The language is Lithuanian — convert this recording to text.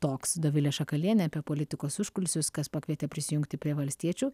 toks dovilė šakalienė apie politikos užkulisius kas pakvietė prisijungti prie valstiečių